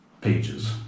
pages